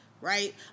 right